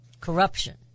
Corruption